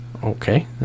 okay